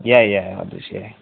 ꯌꯥꯏ ꯌꯥꯏ ꯑꯗꯨꯁꯨ ꯌꯥꯏ